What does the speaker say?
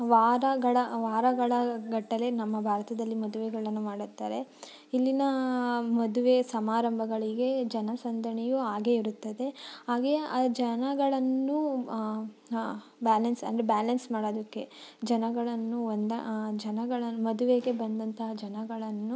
ವಾರಗಳ ವಾರಗಳ ಗಟ್ಟಲೆ ನಮ್ಮ ಭಾರತದಲ್ಲಿ ಮದುವೆಗಳನ್ನು ಮಾಡುತ್ತಾರೆ ಇಲ್ಲಿನ ಮದುವೆ ಸಮಾರಂಭಗಳಿಗೆ ಜನ ಸಂದಣಿಯೂ ಹಾಗೇ ಇರುತ್ತದೆ ಹಾಗೆಯೆ ಆ ಜನಗಳನ್ನು ವ್ಯಾಲೆನ್ಸ್ ಅಂದರೆ ಬ್ಯಾಲೆನ್ಸ್ ಮಾಡೋದಕ್ಕೆ ಜನಗಳನ್ನು ಒಂದಾ ಜನಗಳ ಮದುವೆಗೆ ಬಂದಂತಹ ಜನಗಳನ್ನು